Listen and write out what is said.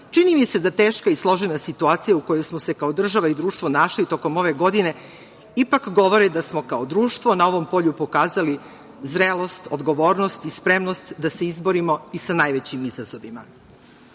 čini mi se da teška i složena situacija u kojoj smo se kao država i društvo našli tokom ove godine ipak govore da smo kao društvo na ovom polju pokazali zrelost, odgovornost i spremnost da se izborimo i sa najvećim izazovima. Kada